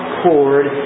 cord